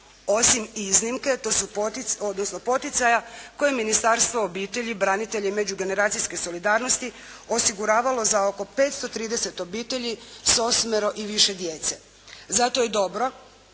osim iznimke odnosno poticaja koje je Ministarstvo obitelji, branitelja i međugeneracijske solidarnosti osiguravalo za oko 530 obitelji s osmero i više djece. Zato je dobro